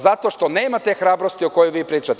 Zato što nema te hrabrosti o kojoj vi pričate.